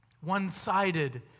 one-sided